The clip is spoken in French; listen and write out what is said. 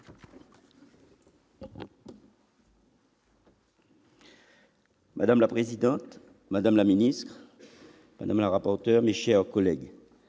Madame la présidente, madame la ministre, madame la rapporteur, mes chers collègues,